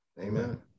amen